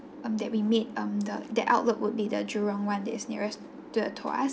um that we made um the that outlet would be the jurong one that is nearest to to us